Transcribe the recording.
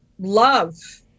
love